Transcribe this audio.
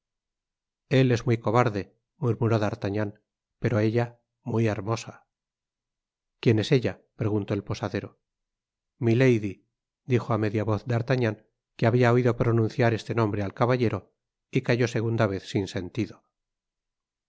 él es muy cobarde murmuró d'artagnan pero ella muy hermosa quién es ella preguntó el posadero milady dijo á media voz d'artagnan que habia oido pronunciaroste nombre al caballero y cayó segunda vez sin sentido